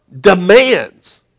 demands